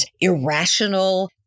irrational